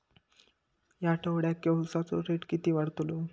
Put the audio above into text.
या आठवड्याक उसाचो रेट किती वाढतलो?